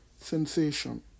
sensation